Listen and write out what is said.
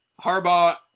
Harbaugh